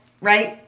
right